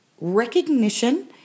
recognition